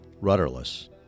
rudderless